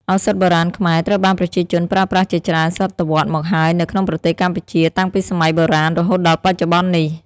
ឱសថបុរាណខ្មែរ ត្រូវបានប្រជាជនប្រើប្រាស់ជាច្រើនសតវត្សមកហើយនៅក្នុងប្រទេសកម្ពុជា តាំងពីសម័យបុរាណ រហូតដល់បច្ចុប្បន្ននេះ។